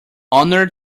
honour